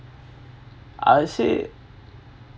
I’ll say